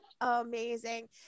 amazing